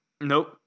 nope